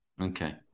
Okay